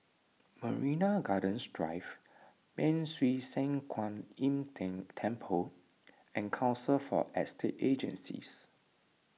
Marina Gardens Drive Ban Siew San Kuan Im Tng Temple and Council for Estate Agencies